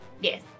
Yes